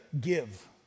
give